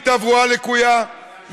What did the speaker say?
מתברואה לקויה,